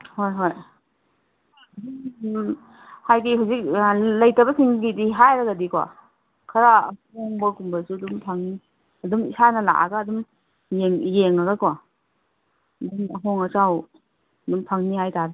ꯍꯣꯏ ꯍꯣꯏ ꯍꯥꯏꯗꯤ ꯍꯧꯖꯤꯛ ꯂꯩꯇꯕꯁꯤꯡꯒꯤꯗꯤ ꯍꯥꯏꯔꯒꯗꯤꯀꯣ ꯈꯔ ꯑꯍꯣꯡꯕꯒꯨꯝꯕꯁꯨ ꯑꯗꯨꯝ ꯐꯪꯅꯤ ꯑꯗꯨꯝ ꯏꯁꯥꯅ ꯂꯥꯛꯑꯒ ꯑꯗꯨꯝ ꯌꯦꯡꯉꯒꯀꯣ ꯑꯗꯨꯝ ꯑꯍꯣꯡ ꯑꯆꯥꯎ ꯑꯗꯨꯝ ꯐꯪꯅꯤ ꯍꯥꯏꯇꯥꯔꯦ